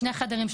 שני חדרים,